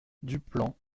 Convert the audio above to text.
duplan